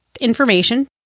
information